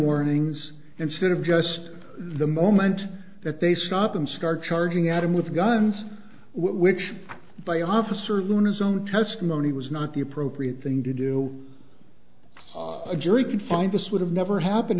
warnings instead of just the moment that they stop him scar charging at him with guns which by officer luna's own testimony was not the appropriate thing to do a jury could find this would have never happened